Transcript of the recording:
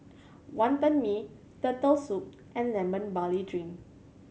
Wantan Mee Turtle Soup and Lemon Barley Drink